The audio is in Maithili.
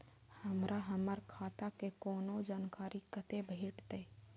हमरा हमर खाता के कोनो जानकारी कते भेटतै